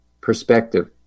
perspective